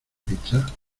pizza